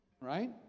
Right